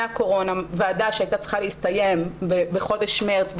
הקורונה ועדה שהייתה צריכה להסתיים בחודש מרס,